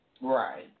Right